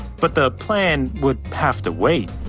but the plan would have to wait.